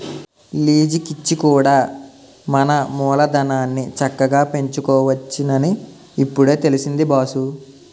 లీజికిచ్చి కూడా మన మూలధనాన్ని చక్కగా పెంచుకోవచ్చునని ఇప్పుడే తెలిసింది బాసూ